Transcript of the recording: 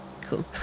Cool